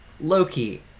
Loki